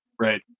right